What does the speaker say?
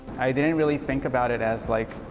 i didn't really think about it as like,